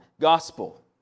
gospel